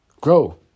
Grow